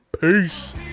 Peace